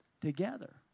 together